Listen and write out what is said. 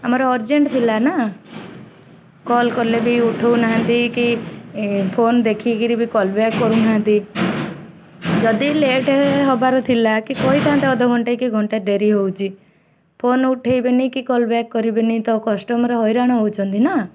ଆମର ଅର୍ଜେଣ୍ଟ୍ ଥିଲା ନା କଲ୍ କଲେ ବି ଉଠଉନାହାନ୍ତି କି ଫୋନ୍ ଦେଖିକିରି ବି କଲ୍ ବ୍ୟାକ୍ କରୁନାହାନ୍ତି ଯଦି ଲେଟ୍ ହବାର ଥିଲା କି କହିଥାନ୍ତେ ଅଧଘଣ୍ଟା କି ଘଣ୍ଟା ଡେରି ହେଉଛି ଫୋନ୍ ଉଠେଇବେନି କି କଲ୍ ବ୍ୟାକ୍ କରିବେନି ତ କଷ୍ଟମର୍ ହଇରାଣ ହେଉଛନ୍ତି ନା